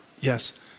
Yes